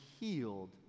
Healed